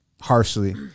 harshly